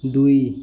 ଦୁଇ